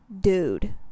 dude